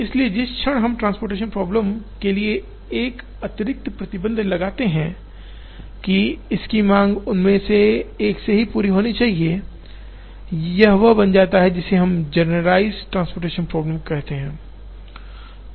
इसलिए जिस क्षण हम ट्रान्सपोर्टेंशन प्रॉब्लम के लिए एक अतिरिक्त प्रतिबंध लगाते हैं कि इस की मांग केवल उनमें से एक से पूरी होनी चाहिए यह वह बन जाता है जिसे जनरलाइज़्ड ट्रान्सपोर्टेंशन प्रॉब्लम कहा जाता है